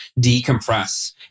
decompress